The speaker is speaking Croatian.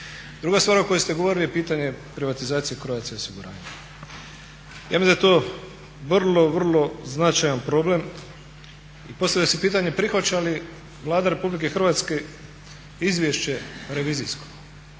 Druga stvar o kojoj ste govorili je pitanje privatizacije Croatia osiguranja. Ja mislim da je to vrlo, vrlo značajan problem i postavlja se pitanja prihvaća li Vlada Republike Hrvatske izvješće revizijsko.